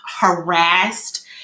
harassed